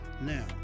Now